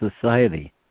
Society